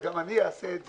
אז גם אני אעשה את זה.